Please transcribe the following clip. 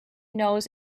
knows